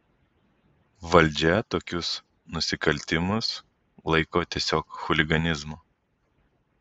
valdžia tokius nusikaltimus laiko tiesiog chuliganizmu